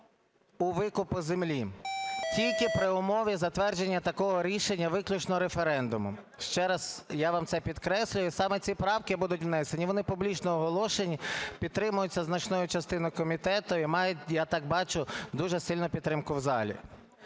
у викупі землі. Тільки при умові затвердження такого рішення виключно референдумом, ще раз я вам це підкреслюю. І саме ці правки будуть внесені. Вони публічно оголошені, підтримуються значною частиною комітету і мають, я так бачу, дуже сильну підтримку в залі.